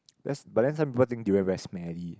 there's but then some people think durian very smelly